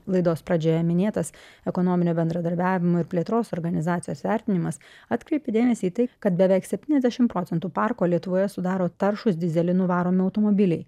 laidos pradžioje minėtas ekonominio bendradarbiavimo ir plėtros organizacijos vertinimas atkreipė dėmesį į tai kad beveik septyniasdešimt procentų parko lietuvoje sudaro taršūs dyzelinu varomi automobiliai